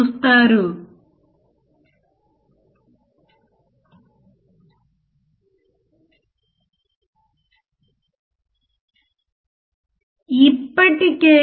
నేను నా గెయిన్ 11 చుట్టూ ఉంచుకుంటే 0